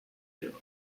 theorem